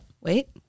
Wait